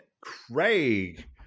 Craig